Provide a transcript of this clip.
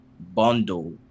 bundle